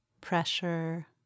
Pressure